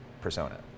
persona